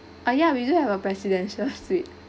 uh ya we do have a presidential suite